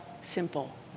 simple